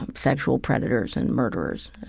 um sexual predators and murderers.